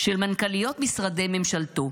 של מנכ"ליות משרדי ממשלתו.